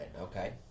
okay